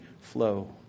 flow